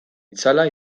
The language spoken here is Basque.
itzala